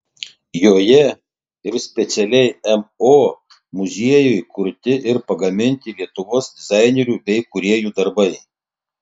joje ir specialiai mo muziejui kurti ir pagaminti lietuvos dizainerių bei kūrėjų darbai